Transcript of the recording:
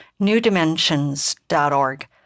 newdimensions.org